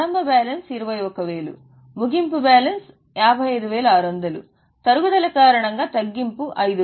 ప్రారంభ బ్యాలెన్స్ 21000 ముగింపు బ్యాలెన్స్ 55000 తరుగుదల కారణంగా తగ్గింపు 5000